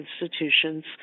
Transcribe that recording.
institutions